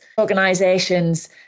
organizations